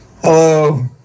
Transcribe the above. Hello